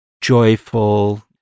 joyful